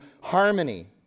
harmony